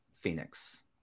Phoenix